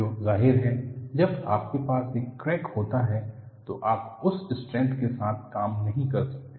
तो जाहिर है जब आपके पास एक क्रैक होता है तो आप उस स्ट्रेंथ के साथ काम नहीं कर सकते